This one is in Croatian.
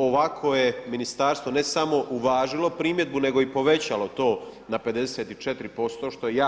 Ovako je ministarstvo ne samo uvažilo primjedbu nego i povećalo to na 54% što je